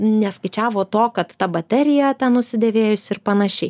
neskaičiavo to kad ta baterija ten nusidėvėjusi ir panašiai